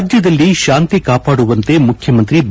ರಾಜ್ಯದಲ್ಲಿ ಶಾಂತಿ ಕಾಪಾಡುವಂತೆ ಮುಖ್ಯಮಂತ್ರಿ ಬಿ